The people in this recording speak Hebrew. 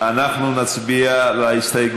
תודה רבה.